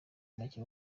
macye